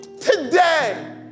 Today